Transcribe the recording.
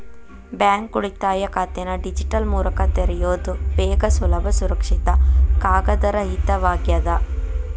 bank ಉಳಿತಾಯ ಖಾತೆನ digital ಮೂಲಕ ತೆರಿಯೋದ್ ವೇಗ ಸುಲಭ ಸುರಕ್ಷಿತ ಕಾಗದರಹಿತವಾಗ್ಯದ